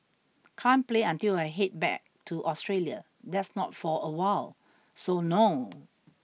can't play until I head back to Australia that's not for awhile so no